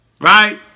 right